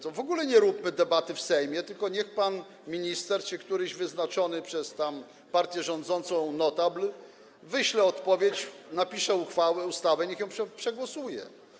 To w ogóle nie róbmy debaty w Sejmie, tylko niech pan minister czy któryś wyznaczony przez partię rządzącą notabl wyśle odpowiedź, napiszę ustawę, niech ją przegłosuje.